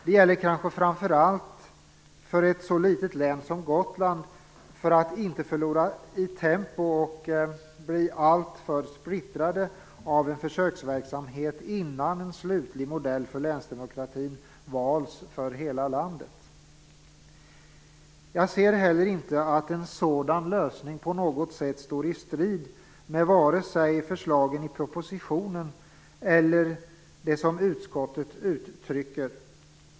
Det gäller kanske framför allt för ett så litet län som Gotland, för att man inte skall förlora i tempo och bli alltför splittrad av en försöksverksamhet innan en slutlig modell för länsdemokratin valts för hela landet. Jag ser heller inte att en sådan lösning på något sätt står i strid med vare sig förslagen i propositionen eller det som utskottet uttrycker.